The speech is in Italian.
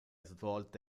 svolta